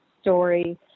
story